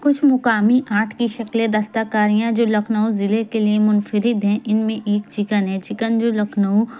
کچھ مقامی آرٹ کی شکلیں دستہ کاریاں جو لکھنؤ ضلعے کے لیے منفرد ہیں ان میں ایک چکن ہیں چکن جو لکھنؤ